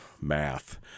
math